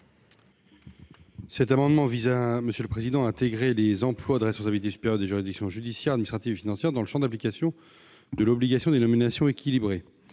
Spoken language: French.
Cet amendement vise à intégrer les emplois de responsabilité supérieure des juridictions judiciaires, administratives et financières dans le champ d'application de l'obligation de nominations équilibrées.